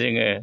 जोङो